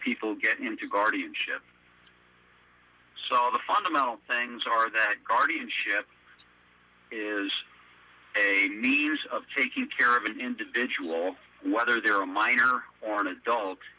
people get into guardianship so all the fundamental things are that guardianship is years of taking care of an individual whether they're a minor or an adult